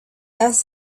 asked